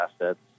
assets